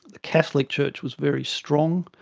the catholic church was very strong,